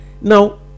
Now